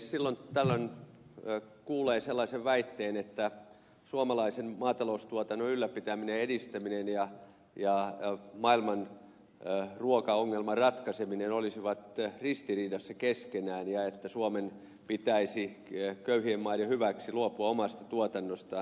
silloin tällöin kuulee sellaisen väitteen että suomalaisen maataloustuotannon ylläpitäminen ja edistäminen ja maailman ruokaongelman ratkaiseminen olisivat ristiriidassa keskenään ja että suomen pitäisi köyhien maiden hyväksi luopua omasta tuotannostaan